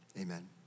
Amen